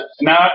Now